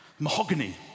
Mahogany